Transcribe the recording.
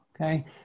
okay